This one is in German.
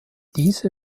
diese